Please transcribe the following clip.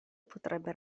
potrebbe